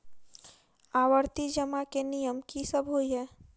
आवर्ती जमा केँ नियम की सब होइ है?